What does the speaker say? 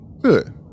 Good